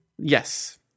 Yes